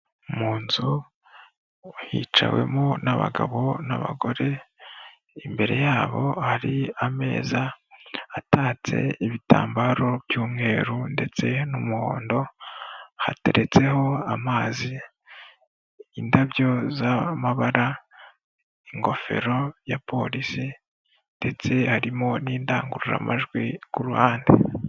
Mu nzu hicawemo n'abagabo n'abagore, imbere yabo hari ameza atatse ibitambaro by'umweru ndetse n'umuhondo, hateretseho amazi, indabyo z'amabara, ingofero ya polisi ndetse harimo n'indangururamajwi ku ruhande.